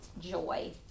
joy